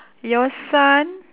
your son